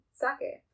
sake